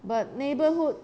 but neighbourhood